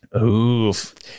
Oof